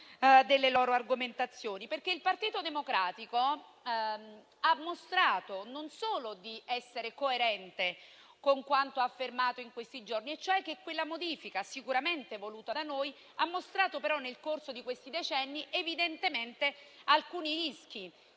la loro pretestuosità. Il Partito Democratico ha mostrato di essere coerente con quanto affermato in questi giorni, cioè che quella modifica, sicuramente voluta da noi, ha mostrato, però, nel corso di questi decenni, alcuni rischi: